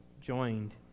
joined